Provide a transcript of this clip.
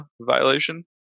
violation